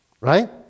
right